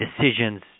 decisions